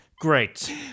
Great